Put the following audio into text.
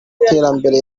iterambere